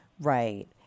Right